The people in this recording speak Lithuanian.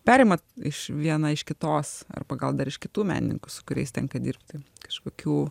perimat iš viena iš kitos arpa gal dar iš kitų menininkų su kuriais tenka dirbti kažkokių